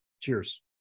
Cheers